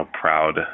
proud